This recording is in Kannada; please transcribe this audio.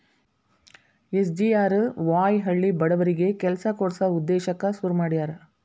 ಎಸ್.ಜಿ.ಆರ್.ವಾಯ್ ಹಳ್ಳಿ ಬಡವರಿಗಿ ಕೆಲ್ಸ ಕೊಡ್ಸ ಉದ್ದೇಶಕ್ಕ ಶುರು ಮಾಡ್ಯಾರ